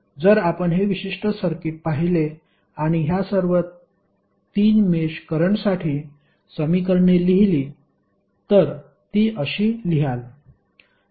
जर आपण हे विशिष्ट सर्किट पाहिले आणि ह्या सर्व 3 मेष करंटसाठी समीकरणे लिहली तर ती अशी लिहाल